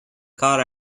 car